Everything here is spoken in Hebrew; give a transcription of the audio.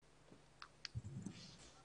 נכון?